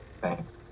Thanks